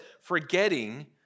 forgetting